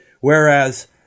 Whereas